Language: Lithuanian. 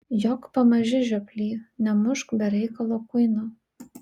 jok pamaži žioply nemušk be reikalo kuino